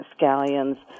scallions